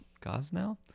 Gosnell